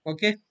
Okay